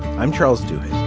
i'm charles stewart